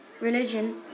religion